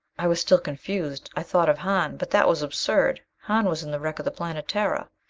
i was still confused. i thought of hahn. but that was absurd hahn was in the wreck of the planetara.